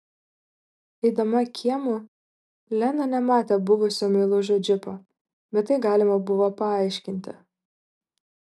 eidama kiemu lena nematė buvusio meilužio džipo bet tai galima buvo paaiškinti